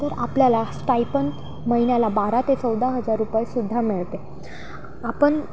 तर आपल्याला स्टायपंड महिन्याला बारा ते चौदा हजार रुपये सुद्धा मिळते आपण